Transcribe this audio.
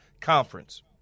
conference